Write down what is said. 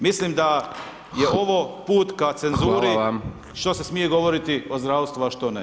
Mislim da je ovo put ka cenzuri što se smije govoriti o zdravstvu a što ne.